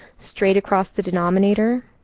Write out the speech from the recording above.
straight across the denominator.